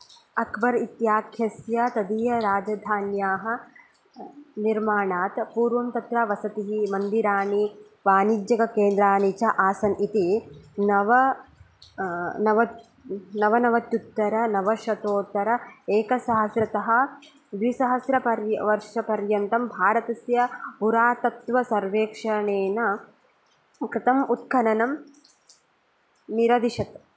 अक्बर् इत्याख्यस्य तदीयराजधान्याः निर्माणात् पूर्वम् तत्र वसतिः मन्दिराणि वाणिज्यककेन्द्राणि च आसन् इति नव नवत् नवनवत्युत्तर नवशतोत्तर एकसहस्रतः द्विसहस्त्रपर्य वर्षपर्यन्तं भारतस्य पुरातत्त्वसर्वेक्षणेन कृतम् उत्खननं निर्दिशत्